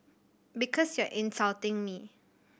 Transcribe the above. because you are insulting me